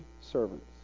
servants